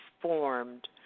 formed